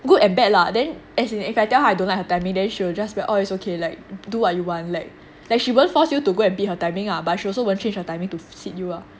good and bad lah then as in if I tell her I don't like her timing then she will just oh it's okay like do what you want like she won't force you to go and bid her timing lah but she also won't change her timing to fit you lah